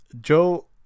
Joe